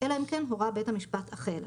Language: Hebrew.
אלא אם כן הורה בית המשפט אחרת.